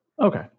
Okay